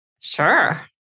Sure